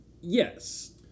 Yes